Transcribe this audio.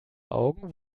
augen